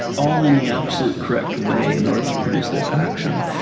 all in the absolute correct way in order to produce this action.